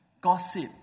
gossip